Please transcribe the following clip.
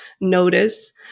notice